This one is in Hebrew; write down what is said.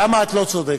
למה את לא צודקת?